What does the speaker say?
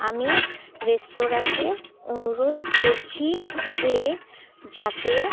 আমি রেস্তোরাঁকে অনুরোধ করছি যে যাতে